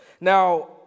Now